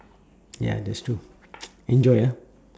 ya that's true enjoy ah